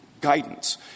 guidance